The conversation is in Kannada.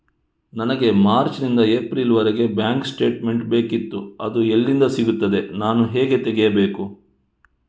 ನನಗೆ ಮಾರ್ಚ್ ನಿಂದ ಏಪ್ರಿಲ್ ವರೆಗೆ ಬ್ಯಾಂಕ್ ಸ್ಟೇಟ್ಮೆಂಟ್ ಬೇಕಿತ್ತು ಅದು ಎಲ್ಲಿಂದ ಸಿಗುತ್ತದೆ ನಾನು ಹೇಗೆ ತೆಗೆಯಬೇಕು?